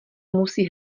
musí